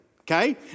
Okay